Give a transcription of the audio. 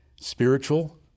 spiritual